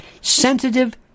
sensitive